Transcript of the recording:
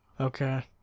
Okay